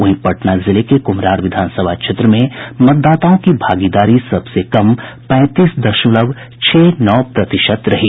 वहीं पटना जिले के कुम्हरार विधानसभा क्षेत्र में मतदाताओं की भागीदारी सबसे कम पैंतीस दशमलव छह नौ प्रतिशत रही